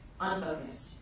unfocused